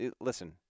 listen